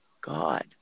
God